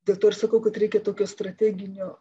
dėl to ir sakau kad reikia tokio strateginio